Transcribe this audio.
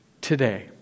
today